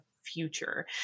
Future